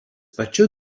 pačiu